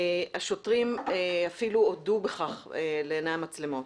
השוטרים אפילו הודו בכך לעיני המצלמות.